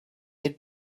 had